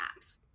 apps